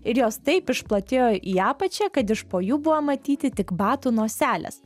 ir jos taip išplatėjo į apačią kad iš po jų buvo matyti tik batų noselės